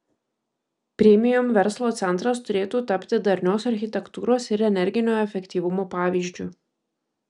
premium verslo centras turėtų tapti darnios architektūros ir energinio efektyvumo pavyzdžiu